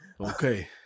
Okay